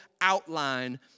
outline